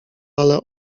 ale